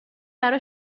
برا